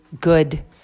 good